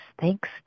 Thanks